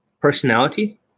personality